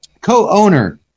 Co-owner